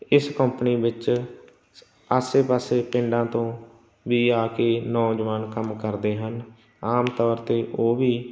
ਇਸ ਕੰਪਨੀ ਵਿੱਚ ਆਸੇ ਪਾਸੇ ਪਿੰਡਾਂ ਤੋਂ ਵੀ ਆ ਕੇ ਨੌਜਵਾਨ ਕੰਮ ਕਰਦੇ ਹਨ ਆਮ ਤੌਰ 'ਤੇ ਉਹ ਵੀ